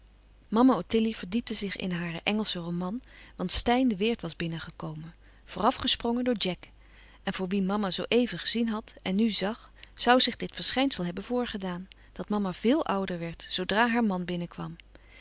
mama ottilie verdiepte zich in haren franschen roman want steyn de weert was binnengekomen vooraf gesprongen door jack en voor wien mama zoo even gezien had en nu zag zoû zich louis couperus van oude menschen de dingen die voorbij gaan dit verschijnsel hebben voorgedaan dat mama veel ouder werd zoodra haar man binnenkwam